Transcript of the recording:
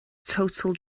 total